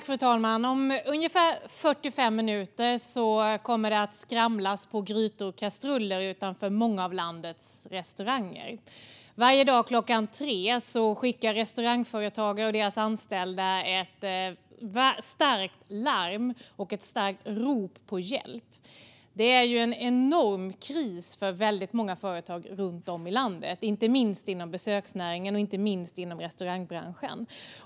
Fru talman! Om ungefär 45 minuter kommer det att skramlas med grytor och kastruller utanför många av landets restauranger. Varje dag klockan tre skickar restaurangföretagare och deras anställda ett starkt larm och ett rop på hjälp. Det råder en enorm kris för väldigt många företag runt om i landet, inte minst inom besöksnäringen och restaurangbranschen.